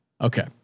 Okay